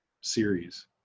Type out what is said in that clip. series